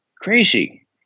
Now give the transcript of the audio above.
crazy